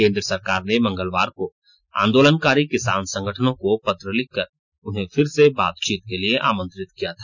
केंद्र सरकार ने मंगलवार को आंदोलनकारी किसान संगठनों को पत्र लिखकर उन्हें फिर से बातचीत के लिए आमंत्रित किया था